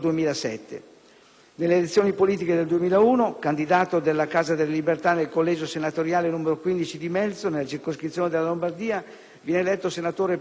Nelle elezioni politiche del 2001, candidato della Casa delle Libertà nel collegio senatoriale n. 15 di Melzo nella circoscrizione della Lombardia, viene eletto senatore per la prima volta.